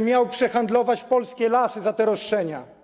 miał przehandlować polskie lasy za te roszczenia.